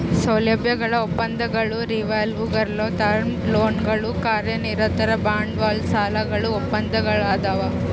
ಸೌಲಭ್ಯಗಳ ಒಪ್ಪಂದಗಳು ರಿವಾಲ್ವರ್ಗುಳು ಟರ್ಮ್ ಲೋನ್ಗಳು ಕಾರ್ಯನಿರತ ಬಂಡವಾಳ ಸಾಲಗಳು ಒಪ್ಪಂದಗಳದಾವ